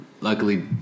Luckily